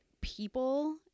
people